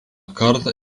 kartą